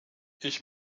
ich